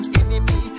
enemy